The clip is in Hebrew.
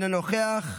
אינו נוכח.